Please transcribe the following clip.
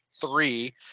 three